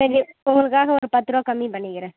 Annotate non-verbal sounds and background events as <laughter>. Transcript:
<unintelligible> உங்களுக்காக ஒரு பத்து ரூவா கம்மி பண்ணிக்கிறேன்